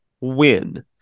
win